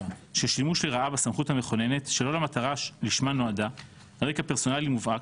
שימוש לרעה בסמכות המכוננת שלא למטרה לשמה נועדה על רקע פרסונלי מובהק,